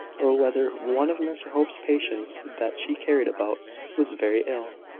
or whether one of mr hope's patients that she cared about was very ill,